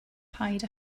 paid